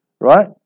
right